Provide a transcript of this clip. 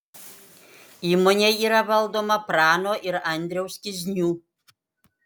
įmonė yra valdoma prano ir andriaus kiznių